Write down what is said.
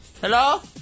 Hello